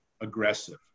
aggressive